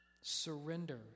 Surrender